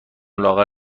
لاغر